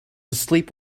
asleep